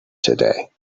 today